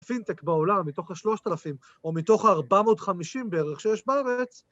פינטק בעולם מתוך השלושת אלפים או מתוך ה-450 בערך שיש בארץ.